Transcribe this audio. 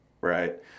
right